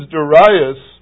Darius